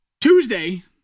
Tuesday